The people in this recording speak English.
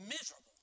Miserable